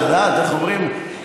את יודעת איך אומרים,